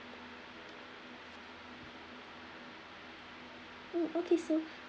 mm okay so